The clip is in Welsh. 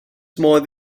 modd